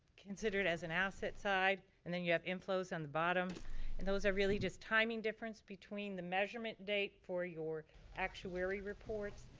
considered as an asset side, and then you have inflows on the bottom and those are really just timing difference between the measurement date for your actuary reports.